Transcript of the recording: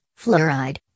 fluoride